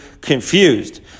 confused